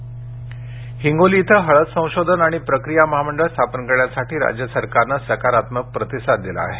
हळद संशोधन हिंगोली इथं हळद संशोधन आणि प्रक्रिया महामंडळ स्थापन करण्यासाठी राज्य सरकारनं सकारात्मक प्रतिसाद दिला आहे